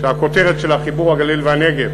שהכותרת שלה היא: חיבור הגליל והנגב